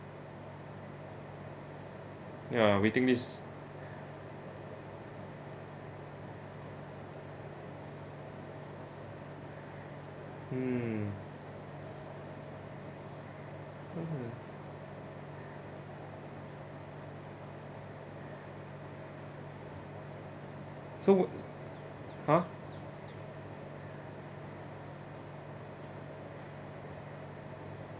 ya waiting list hmm mmhmm so !huh!